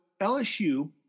LSU